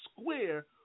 square